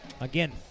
Again